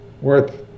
worth